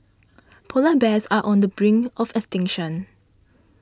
Polar Bears are on the brink of extinction